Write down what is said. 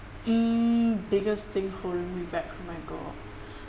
mm biggest thing holding me back from my goal